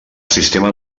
sistema